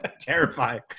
terrifying